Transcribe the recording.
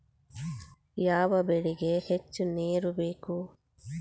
ಯಾವ ಬೆಳಿಗೆ ಹೆಚ್ಚು ನೇರು ಬೇಕು?